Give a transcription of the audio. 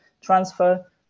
transfer